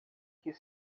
que